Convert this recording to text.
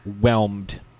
whelmed